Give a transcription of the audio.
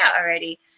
already